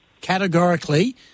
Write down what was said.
Categorically